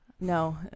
No